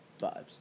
vibes